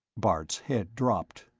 bart's head dropped.